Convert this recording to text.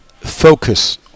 focus